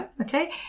okay